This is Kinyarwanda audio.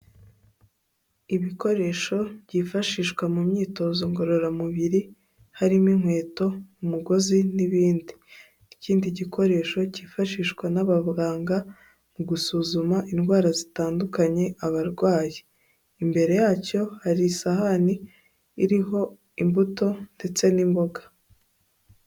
Ibikoresho byifashishwa mu myitozo ngororamubiri, harimo inkweto, umugozi n'ibindi, ikindi gikoresho cyifashishwa n'abaganga mu gusuzuma indwara zitandukanye abarwayi, imbere yacyo hari isahani iriho imbuto ndetse n'imboga.